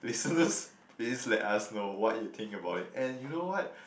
listeners please let us know what you think about it and you know what